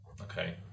Okay